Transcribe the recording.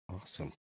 Awesome